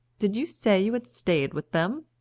did you say you had stayed with them?